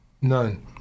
None